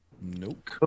Nope